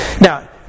Now